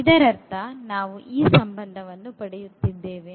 ಇದರರ್ಥ ನಾವು ಈ ಸಂಬಂಧವನ್ನು ಪಡೆಯುತ್ತಿದ್ದೇವೆ